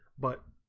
but